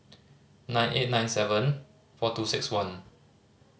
nine eight nine seven four two six one